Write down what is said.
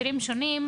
בהקשרים שונים,